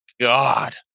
God